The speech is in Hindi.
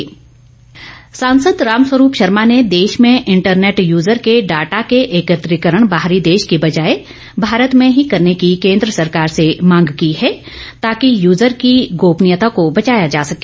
रामस्वरूप सांसद रामस्वरूप शर्मा ने देश में इंटरनेट यूजर के डाटा के एकत्रीकरण बाहरी देश के बजाय भारत में ही करने की केंद्र सरकार से मांग की है ताकि यूजर की गोपनीयता को बचाया जा सके